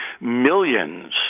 Millions